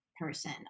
person